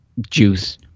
juice